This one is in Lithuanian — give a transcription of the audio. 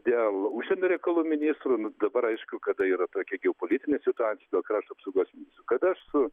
dėl užsienio reikalų ministrų nu dabar aišku kada yra tokia geopolitinė situacija krašto apsaugos kada aš su